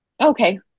Okay